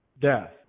death